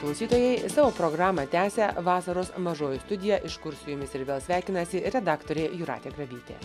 klausytojai savo programą tęsia vasaros mažoji studija iš kur su jumis ir vėl sveikinasi redaktorė jūratė grabytė